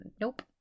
nope